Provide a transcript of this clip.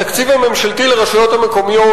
התקציב הממשלתי לרשויות המקומיות,